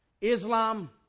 Islam